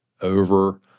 over